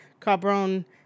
cabron